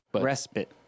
Respite